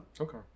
okay